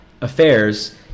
affairs